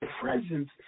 presence